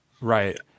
right